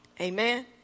Amen